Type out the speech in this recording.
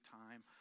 time